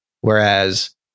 Whereas